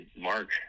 Mark